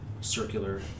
circular